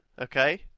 okay